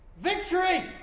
Victory